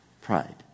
Pride